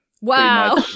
Wow